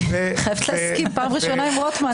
אני חייבת להסכים פעם ראשונה עם רוטמן.